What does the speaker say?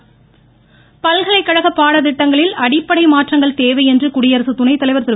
வெங்கையடநாயுடு பல்கலைக்கழக பாடத்திட்டங்களில் அடிப்படை மாற்றங்கள் கேவை என்று குடியரசு துணைத்தலைவர் திரு